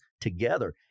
together